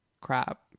crap